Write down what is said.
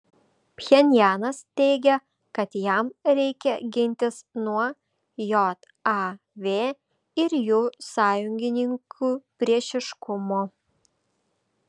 pchenjanas teigia kad jam reikia gintis nuo jav ir jų sąjungininkių priešiškumo